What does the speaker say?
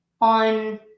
on